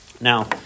Now